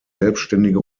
selbständige